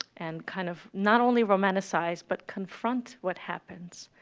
and kind of not only romanticize but confront what happens,